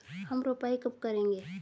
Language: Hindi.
हम रोपाई कब करेंगे?